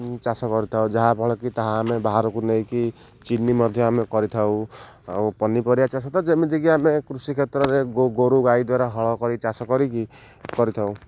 ଚାଷ କରିଥାଉ ଯାହାଫଳରେ କିି ତାହା ଆମେ ବାହାରକୁ ନେଇକି ଚିନି ମଧ୍ୟ ଆମେ କରିଥାଉ ଆଉ ପନିପରିବା ଚାଷ ତ ଯେମିତିକି ଆମେ କୃଷି କ୍ଷେତ୍ରରେ ଗୋରୁ ଗାଈ ଦ୍ୱାରା ହଳ କରି ଚାଷ କରିକି କରିଥାଉ